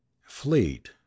fleet